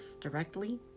directly